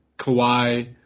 Kawhi